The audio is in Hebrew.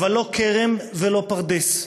אבל לא כרם ולא פרדס,